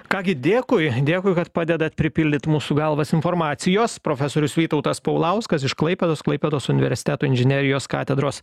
ką gi dėkui dėkui kad padedat pripildyt mūsų galvas informacijos profesorius vytautas paulauskas iš klaipėdos klaipėdos universiteto inžinerijos katedros